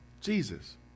Jesus